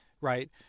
right